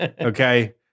Okay